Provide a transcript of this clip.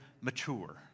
mature